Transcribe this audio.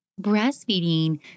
breastfeeding